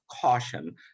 caution